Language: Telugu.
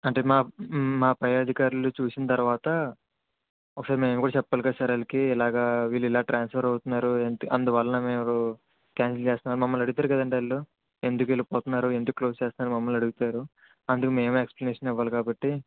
అంటే మా మా పై అధికారులు చూసిన తర్వాత ఒకసారి మేము కూడా చెప్పాలి కదా సార్ వాళ్ళకి ఇలాగ వీళ్ళు ఇలాగా ట్రాన్స్ఫర్ అవుతున్నారు ఏంటి అందువల్ల మేము క్యాన్సల్ చేస్తున్నాము మమ్మల్ని అడుగుతారు కదండీ వాళ్ళు ఎందుకు వెళ్ళిపోతున్నారు ఎందుకు క్లోస్ చేస్తున్నారు మమ్మల్ని అడుగుతారు అందుకు మేము ఎక్స్ప్లనేషన్ ఇవ్వాలి కాబట్టి